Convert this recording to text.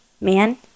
man